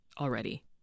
already